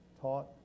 Taught